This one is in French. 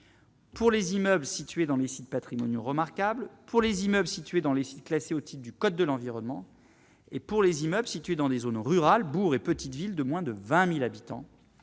Pour les immeubles situés dans les sites patrimoniaux remarquables pour les immeubles situés dans les sites classés otite du code de l'environnement et pour les immeubles situés dans des zones rurales, petite ville de moins de 20000 habitants